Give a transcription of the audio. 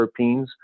terpenes